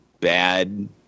bad